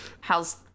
how's